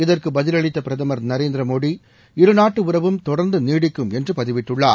இதற்கு பதிலளித்த பிரதமர் நரேந்திர மோதி இருநாட்டு உறவும் தொடர்ந்து நீடிக்கும் என்று பதிவிட்டுள்ளார்